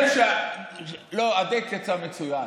לא, הדייט יצא מצוין.